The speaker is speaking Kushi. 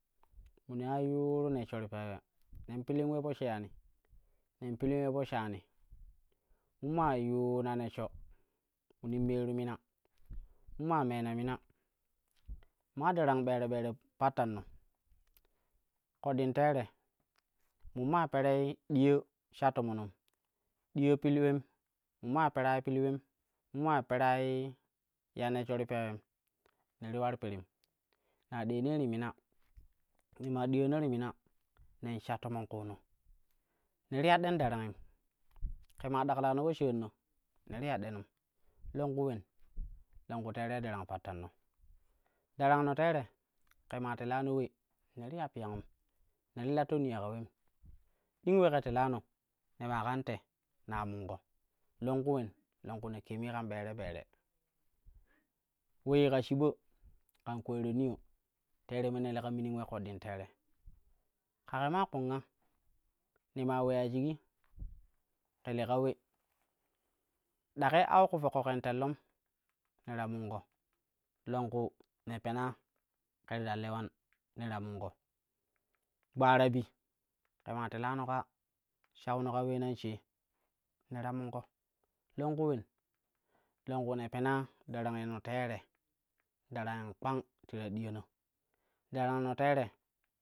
Munin ula yuuru neshsho ti peele ne pili ule po sheyani neu pili we po shani, mun maa yuuna neshsho murin meru mina, mun maa meena mina, maa darang ɓere ɓere pattano ƙoɗɗin teere mun maa perei diya sha tomonum, diya pil ulem mun maa perai pil ulem, mun maa perai ya neshsho ti peewen ne ti ular pirim, ne ti deenai ti min, ne maa diyana ti mima ne sha toman kuuno, ne li ya den darangim ke maa daklano po shaarino ne ti ya denum longku wen longku teerei darang patano drangno teere ke maa tena we ne ti ya piyangum ne ti latti niyo ka wen ɗing ule ke telano ne maa kan te na munko longku ulen ne kemii kan ɓere ɓere, ule yikka shiba kan kwairo niyo teerei me ne leka minin ule koɗɗin teere. Ka ke maa kponga, ne maa uleya shigi ke leka ule ɗa kei au ku fokko ken telnom ne ta minko longku ne pena ke ti ta lewan ne ta mimko, gbarobi ke maa tilano ka shauno ka ulenan she ne ta minko, longku ulen, longku ne pena darang no teere darangin kpang ti ta diyana darangno tere.